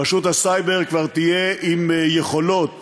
רשות הסייבר כבר תהיה עם יכולות